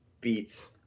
Beats